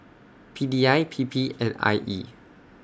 P D I P P and I E